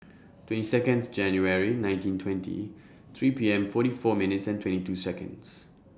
twenty Seconds January nineteen twenty three P M forty four minutes twenty two Seconds